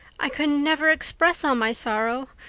i could never express all my sorrow,